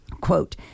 Quote